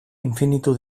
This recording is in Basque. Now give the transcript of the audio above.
infinitu